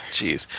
Jeez